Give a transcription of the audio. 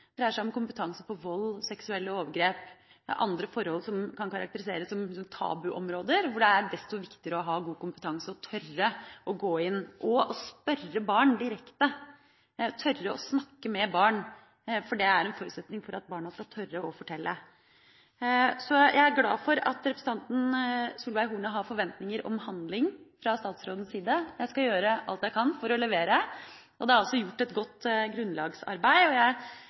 Det dreier seg om kompetanse på vold og seksuelle overgrep og andre forhold som kan karakteriseres som tabuområder, hvor det er desto viktigere å ha god kompetanse og tørre å gå inn og spørre barn direkte, tørre å snakke med barn, for det er en forutsetning for at barn skal tørre å fortelle. Jeg er glad for at representanten Solveig Horne har forventinger om handling fra statsrådens side. Jeg skal gjøre alt jeg kan for å levere. Det er også gjort et godt grunnlagsarbeid,